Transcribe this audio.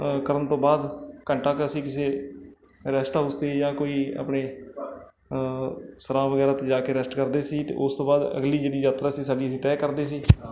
ਕਰਨ ਤੋਂ ਬਾਅਦ ਘੰਟਾ ਕੁ ਅਸੀਂ ਕਿਸੇ ਰੈਸਟ ਹਾਊਸ ਅਤੇ ਜਾਂ ਕੋਈ ਆਪਣੇ ਸਰਾਂ ਵਗੈਰਾ 'ਤੇ ਜਾ ਕੇ ਰੈਸਟ ਕਰਦੇ ਸੀ ਅਤੇ ਉਸ ਤੋਂ ਬਾਅਦ ਅਗਲੀ ਜਿਹੜੀ ਯਾਤਰਾ ਸੀ ਸਾਡੀ ਅਸੀਂ ਤੈਅ ਕਰਦੇ ਸੀ